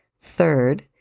Third